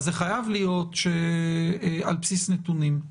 אז זה חייב להיות על בסיס נתונים.